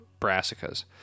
brassicas